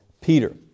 Peter